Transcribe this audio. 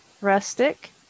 rustic